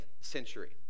century